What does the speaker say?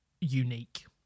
unique